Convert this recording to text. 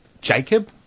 Jacob